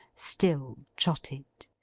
still trotted.